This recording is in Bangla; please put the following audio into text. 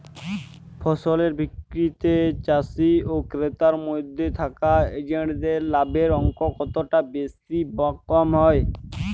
ফসলের বিক্রিতে চাষী ও ক্রেতার মধ্যে থাকা এজেন্টদের লাভের অঙ্ক কতটা বেশি বা কম হয়?